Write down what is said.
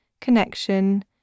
connection